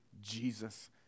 Jesus